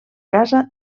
casa